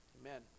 Amen